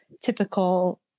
typical